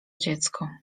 dziecko